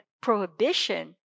prohibition